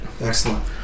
Excellent